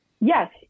Yes